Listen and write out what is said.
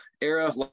era